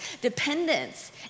Dependence